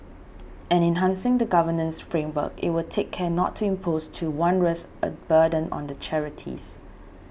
and enhancing the governance framework it will take care not to impose too onerous a burden on the charities